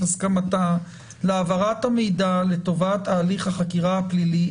הסכמתה להעברת המידע לטובת הליך החקירה הפלילי,